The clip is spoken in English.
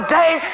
day